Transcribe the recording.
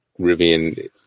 Rivian